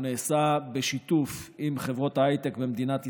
הוא נעשה בשיתוף עם חברות ההייטק במדינת ישראל.